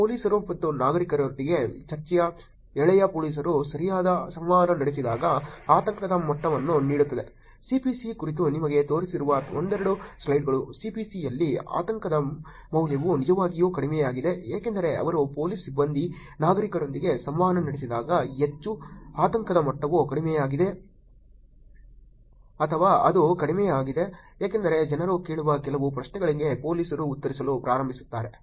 ಪೊಲೀಸರು ಮತ್ತು ನಾಗರಿಕರೊಂದಿಗಿನ ಚರ್ಚೆಯ ಎಳೆಯು ಪೊಲೀಸರು ಸರಿಯಾಗಿ ಸಂವಹನ ನಡೆಸಿದಾಗ ಆತಂಕದ ಮಟ್ಟವನ್ನು ನೀಡುತ್ತದೆ CPC ಕುರಿತು ನಿಮಗೆ ತೋರಿಸುವ ಒಂದೆರಡು ಸ್ಲೈಡ್ಗಳು CPC ಯಲ್ಲಿ ಆತಂಕದ ಮೌಲ್ಯವು ನಿಜವಾಗಿಯೂ ಕಡಿಮೆಯಾಗಿದೆ ಏಕೆಂದರೆ ಅವರು ಪೊಲೀಸ್ ಸಿಬ್ಬಂದಿ ನಾಗರಿಕರೊಂದಿಗೆ ಸಂವಹನ ನಡೆಸಿದಾಗ ಹೆಚ್ಚು ಆತಂಕದ ಮಟ್ಟವು ಕಡಿಮೆಯಾಗಿದೆ ಅಥವಾ ಅದು ಕಡಿಮೆಯಾಗಿದೆ ಏಕೆಂದರೆ ಜನರು ಕೇಳುವ ಕೆಲವು ಪ್ರಶ್ನೆಗಳಿಗೆ ಪೊಲೀಸರು ಉತ್ತರಿಸಲು ಪ್ರಾರಂಭಿಸುತ್ತಾರೆ